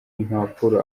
impapuro